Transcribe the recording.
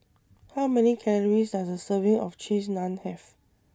How Many Calories Does A Serving of Cheese Naan Have